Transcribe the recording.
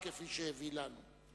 כפי שהביא לנו.